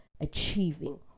achieving